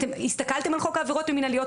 אתם הסתכלתם על חוק העבירות המינהליות